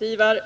Herr talman! Detta är ju, Ivar